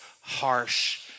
harsh